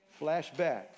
Flashback